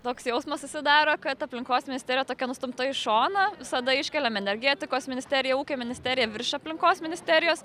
toks jausmas susidaro kad aplinkos ministerija tokia nustumta į šoną visada iškeliam energetikos ministeriją ūkio ministeriją virš aplinkos ministerijos